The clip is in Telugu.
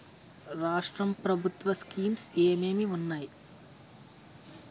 రాష్ట్రం ప్రభుత్వ స్కీమ్స్ ఎం ఎం ఉన్నాయి?